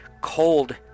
cold